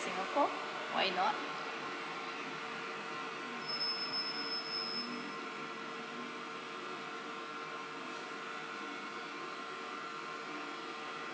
singapore why not